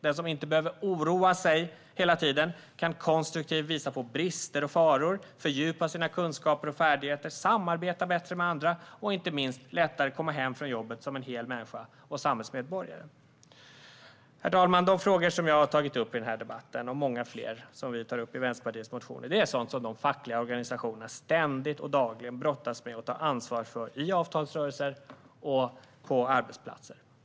Den som inte behöver oroa sig hela tiden kan konstruktivt visa på brister och faror, fördjupa sina kunskaper och färdigheter, samarbeta bättre med andra och - inte minst - lättare komma hem från jobbet som en hel människa och samhällsmedborgare. Herr talman! De frågor som jag har tagit upp i denna debatt - och många fler som vi tar upp i Vänsterpartiets motioner - är sådant som de fackliga organisationerna ständigt och dagligen brottas med och tar ansvar för i avtalsrörelser och på arbetsplatser.